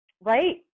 right